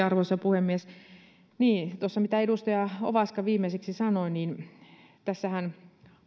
arvoisa puhemies tuohon mitä edustaja ovaska viimeiseksi sanoi tässähän